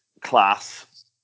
class